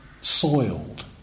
soiled